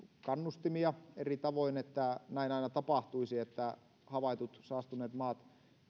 kannustimia eri tavoin että näin aina tapahtuisi että havaitut saastuneet maat